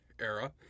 era